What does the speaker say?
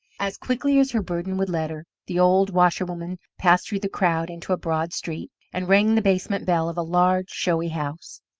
as quickly as her burden would let her, the old washerwoman passed through the crowd into a broad street and rang the basement bell of a large, showy house.